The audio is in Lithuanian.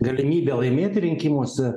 galimybę laimėti rinkimuose